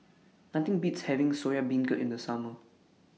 Nothing Beats having Soya Beancurd in The Summer